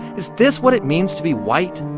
is this what it means to be white,